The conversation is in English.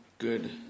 good